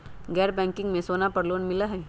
गैर बैंकिंग में सोना पर लोन मिलहई?